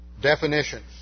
definition